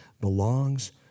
belongs